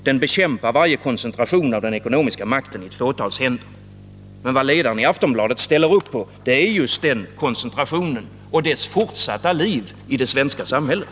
Den bekämpar varje koncentration av den ekonomiska makten i ett fåtals händer.” Men det ledaren i Aftonbladet ställer upp på är just den koncentrationen och dess fortsatta ledning i det svenska samhället.